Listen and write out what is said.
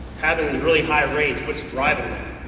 having these really high rates, what's driving that?